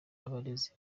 abarezi